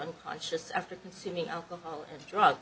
unconscious after consuming alcohol and drugs